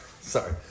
Sorry